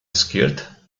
skirt